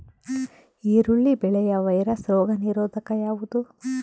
ಈರುಳ್ಳಿ ಬೆಳೆಯ ವೈರಸ್ ರೋಗ ನಿರೋಧಕ ಯಾವುದು?